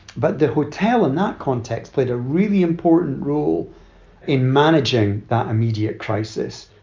but the hotel in that context played a really important role in managing that immediate crisis.